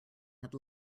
had